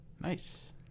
Nice